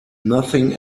nothing